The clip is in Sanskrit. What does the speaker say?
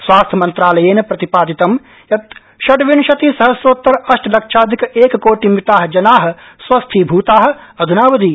स्वास्थ्य मन्त्रालयेन प्रतिपादितं यत् षड्विंशति सहस्रोत्तर अष्टलक्षाधिक एककोटिमिता जना स्वस्थीभूता अध्नावधि